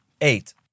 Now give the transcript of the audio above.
Eight